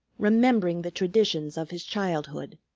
remembering the traditions of his childhood.